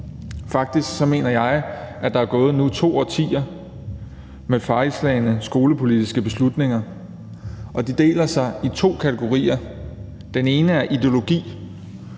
Faktisk mener jeg, at der nu er gået to årtier med fejlslagne skolepolitiske beslutninger, og de deler sig i to kategorier. Den ene er ideologi: